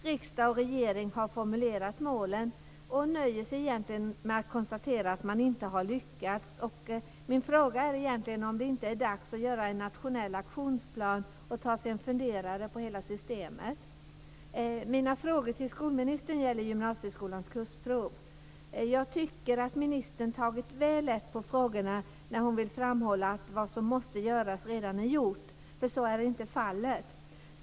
Riksdag och regering har formulerat målen och nöjer sig med att konstatera att man inte har lyckats. Min fråga är om det inte är dags att göra en nationell aktionsplan och ta sig en funderare på hela systemet. Mina frågor till skolministern gäller gymnasieskolans kursprov. Jag tycker att ministern har tagit väl lätt på frågorna när hon vill framhålla att vad som måste göras redan är gjort. Så är inte fallet.